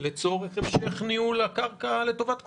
לצורך המשך ניהול הקרקע לטובת כולם.